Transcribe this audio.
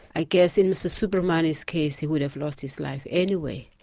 i guess in mr soobramoney's case he would have lost his life anyway,